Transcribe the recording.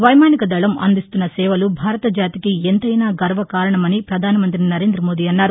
వైమానిక దళం అందిస్తున్న సేవలు భారత జాతికి ఎంతైనా గర్వకారణమని పధాన మంత్రి నరేంద్ర మోదీ అన్నారు